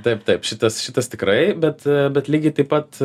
taip taip šitas šitas tikrai bet bet lygiai taip pat